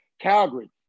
Calgary